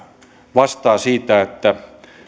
vastaa siitä että